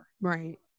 Right